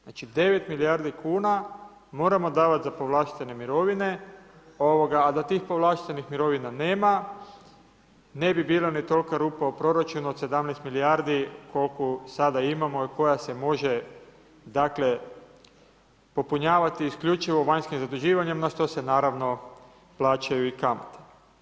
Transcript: Znači, 9 milijardi kuna moramo davati za povlaštene mirovine, a da tih povlaštenih mirovina nema, ne bi bila ni tolika rupa u proračunu od 17 milijardi, koliku sada imamo i koja se može dakle, popunjavati isključivo vanjskim zaduživanjem, na što se naravno plaćaju i kamate.